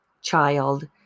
child